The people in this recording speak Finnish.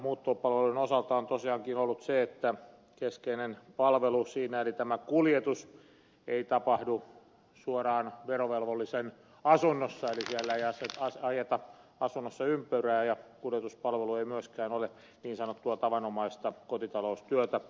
ongelmahan muuttopalveluiden osalta on tosiaankin ollut se että keskeinen palvelu siinä eli tämä kuljetus ei tapahdu suoraan verovelvollisen asunnossa eli siellä asunnossa ei ajeta ympyrää ja kuljetuspalvelu ei myöskään ole niin sanottua tavanomaista kotitaloustyötä